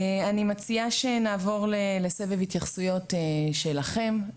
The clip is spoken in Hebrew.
אני מציעה שנעבור לסבב התייחסויות שלכם.